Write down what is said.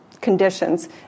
conditions